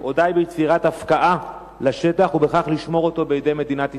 או די ביצירת הפקעה לשטח ובכך לשמור אותו בידי מדינת ישראל?